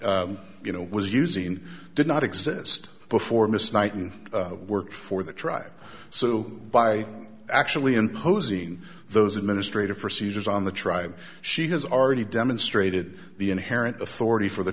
and you know was using did not exist before miss knight you work for the tribe so by actually imposing those administrative procedures on the tribe she has already demonstrated the inherent authority for the